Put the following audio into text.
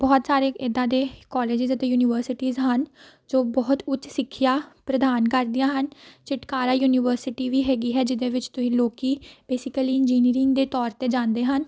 ਬਹੁਤ ਸਾਰੇ ਇੱਦਾਂ ਦੇ ਕੋਲਜਿਸ ਅਤੇ ਯੂਨੀਵਰਸਿਟੀਜ਼ ਹਨ ਜੋ ਬਹੁਤ ਉੱਚ ਸਿੱਖਿਆ ਪ੍ਰਦਾਨ ਕਰਦੀਆਂ ਹਨ ਚਿਤਕਾਰਾ ਯੂਨੀਵਰਸਿਟੀ ਵੀ ਹੈਗੀ ਹੈ ਜਿਹਦੇ ਵਿੱਚ ਤੁਸੀਂ ਲੋਕ ਬੇਸਿਕਲੀ ਇੰਜੀਨੀਰਿੰਗ ਦੇ ਤੌਰ 'ਤੇ ਜਾਂਦੇ ਹਨ